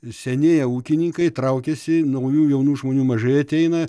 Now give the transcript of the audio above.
senėja ūkininkai traukiasi naujų jaunų žmonių mažai ateina